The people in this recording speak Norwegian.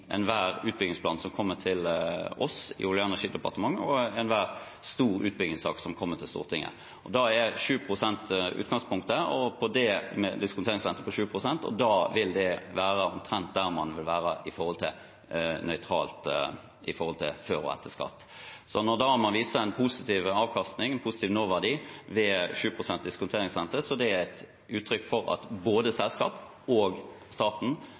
enhver utbyggingsplan som kommer til oss i Olje- og energidepartementet, og i enhver stor utbyggingssak som kommer til Stortinget. Da er en diskonteringsrente på 7 pst. utgangspunktet, og det er omtrent der man vil være før og etter skatt. Når man da viser en positiv avkastning, en positiv nåverdi, ved 7 pst. diskonteringsrente, er det et utrykk for at både selskapet og staten